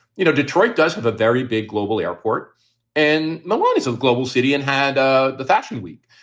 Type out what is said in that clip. you know, detroit does have a very big global airport and no one is a global city and had ah the fashion week.